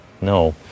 no